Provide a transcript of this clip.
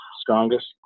strongest